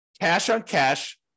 cash-on-cash